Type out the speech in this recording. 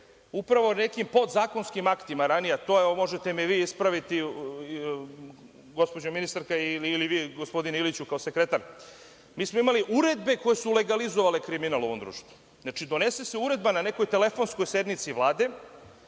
upravo nekim podzakonskim aktima ranije, a možete me vi ispraviti, gospođo ministarska ili vi gospodine Iliću kao sekretar. Mi smo imali uredbe koje su legalizovale kriminal u ovom društvu. Znači, donese se uredba na nekoj telefonskoj sednici Vlade